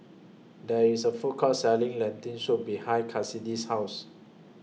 There IS A Food Court Selling Lentil Soup behind Kassidy's House